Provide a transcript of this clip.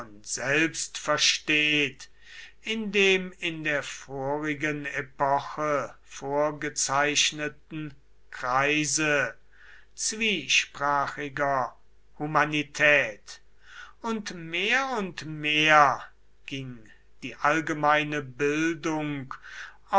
selbst versteht in dem in der vorigen epoche vorgezeichneten kreise zwiesprachiger humanität und mehr und mehr ging die allgemeine bildung